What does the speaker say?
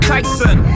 Tyson